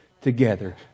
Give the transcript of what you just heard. together